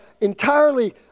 entirely